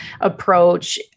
approach